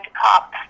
cop